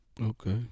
Okay